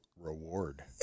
reward